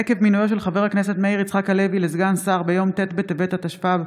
עקב המינוי של חבר הכנסת מאיר יצחק הלוי לסגן שר ביום ט' בטבת התשפ"ב,